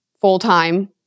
full-time